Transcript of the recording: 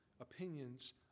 opinions